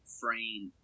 frame